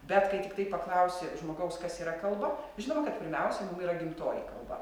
bet kai tiktai paklausi žmogaus kas yra kalba žinoma kad pirmiausia mum yra gimtoji kalba